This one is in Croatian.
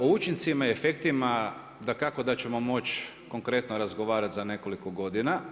O učincima i efektima dakako da ćemo moći konkretno razgovarati za nekoliko godina.